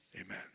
Amen